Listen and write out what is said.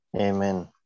Amen